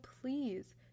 please